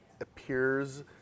appears